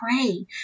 pray